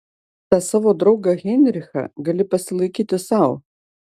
tą savo draugą heinrichą gali pasilaikyti sau